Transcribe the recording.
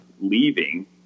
leaving